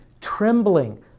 trembling